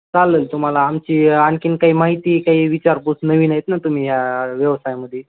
चालेल तुम्हाला आमची आ आणखी काही माहिती काही विचारपूस नवीन आहेत ना तुम्ही या व्यवसायामध्ये